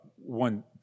One